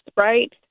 right